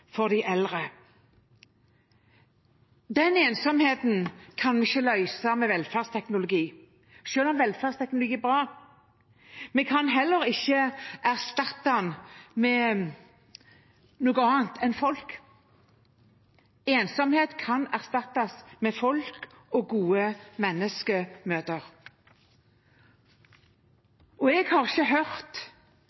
for de eldre. Den ensomheten kan vi ikke løse med velferdsteknologi, selv om velferdsteknologi er bra. Vi kan heller ikke erstatte den med noe annet enn folk. Ensomhet kan erstattes med folk og gode menneskemøter.